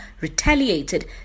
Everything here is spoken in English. retaliated